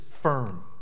firm